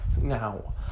Now